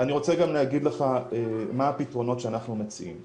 אני רוצה גם להגיד לך מה הפתרונות שאנחנו מציעים.